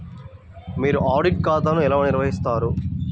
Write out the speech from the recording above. మీరు ఆడిట్ ఖాతాను ఎలా నిర్వహిస్తారు?